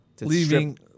Leaving